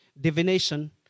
divination